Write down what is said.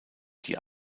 die